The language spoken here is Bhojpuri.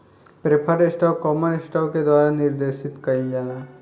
प्रेफर्ड स्टॉक कॉमन स्टॉक के द्वारा निर्देशित ना कइल जाला